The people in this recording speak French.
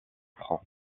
francs